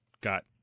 got